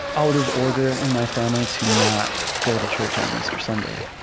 out of order in my family to not go to church on easter sunday,